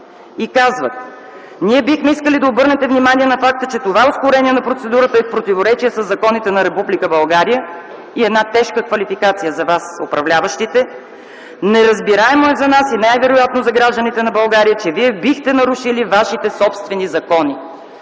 и казват: „Ние бихме искали да обърнете внимание на факта, че това ускорение на процедурата е в противоречие със законите на Република България.” И една тежка квалификация за вас, управляващите: „Неразбираемо е за нас и най-вероятно за гражданите на България, че вие бихте нарушили вашите собствени закони.